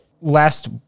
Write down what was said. last